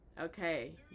okay